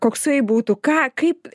koksai būtų ką kaip